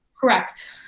Correct